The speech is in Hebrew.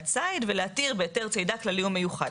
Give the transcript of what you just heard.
ציד ולהתיר בהיתר צידה כללי ומיוחד".